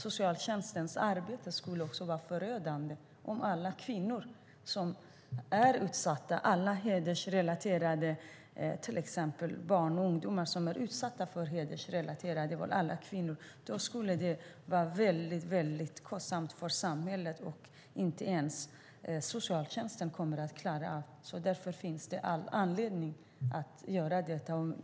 Det skulle vara förödande för socialtjänstens arbete om det var alla kvinnor, barn och ungdomar som är utsatta för hedersrelaterat våld, till exempel. Det skulle vara väldigt kostsamt för samhället. Och inte ens socialtjänsten skulle klara av det. Därför finns det all anledning att göra detta.